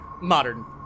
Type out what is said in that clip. modern